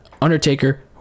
Undertaker